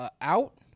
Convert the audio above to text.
out